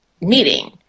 meeting